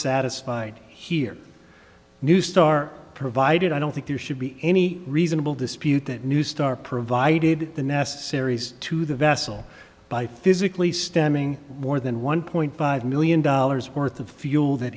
satisfied here neustar provided i don't think there should be any reasonable dispute that new star provided the necessaries to the vessel by physically stemming more than one point five million dollars worth of fuel that